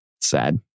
Sad